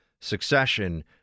succession